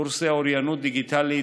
קורסי אוריינות דיגיטלית,